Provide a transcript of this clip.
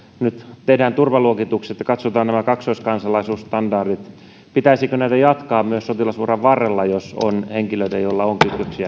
nyt tehdään turvaluokitukset ja katsotaan nämä kaksoiskansalaisuusstandardit niin pitäisikö näitä jatkaa myös sotilasuran varrella jos on